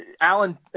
Alan